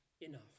enough